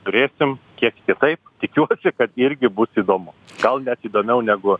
turėsim kiek kitaip tikiuosi kad irgi bus įdomu gal net įdomiau negu